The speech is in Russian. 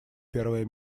первое